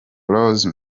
rose